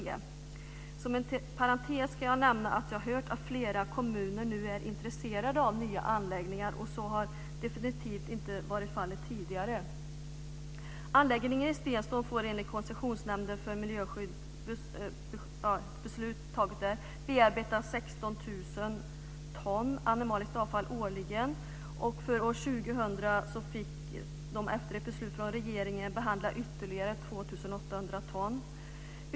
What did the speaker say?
Som en parentes kan jag nämna att jag hört att flera kommuner nu är intresserade av nya anläggningar, vilket definitivt inte har varit fallet tidigare. ton animaliskt avfall årligen. Och för år 2000 fick man efter ett beslut från regeringen behandla ytterligare 2 800 ton.